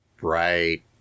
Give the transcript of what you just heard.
Right